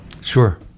Sure